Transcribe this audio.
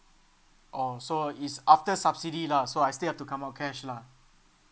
oh so it's after subsidy lah so I still have to come out cash lah